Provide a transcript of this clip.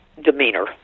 demeanor